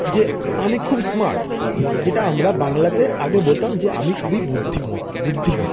যে আমি খুব স্মার্ট যেটা আমরা বাংলাতে আগে বলতাম যে আমি খুবই বুদ্ধিমত্তা